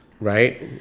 right